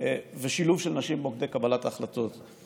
ושילוב נשים במוקדי קבלת ההחלטות.